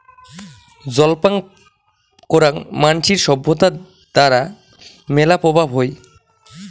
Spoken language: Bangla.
জল পান করাং মানসির সভ্যতার দ্বারা মেলা প্রভাব হই